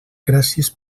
gràcies